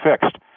fixed